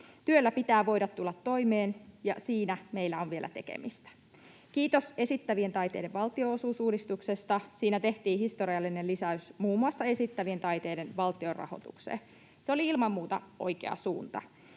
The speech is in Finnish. Työllä pitää voida tulla toimeen, ja siinä meillä on vielä tekemistä. Kiitos esittävien taiteiden valtionosuusuudistuksesta. Siinä tehtiin historiallinen lisäys muun muassa esittävien taiteiden valtionrahoitukseen. Se oli ilman muuta oikea suunta.